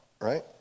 right